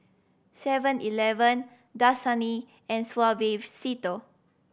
Seven Eleven Dasani and Suavecito